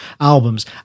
albums